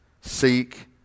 seek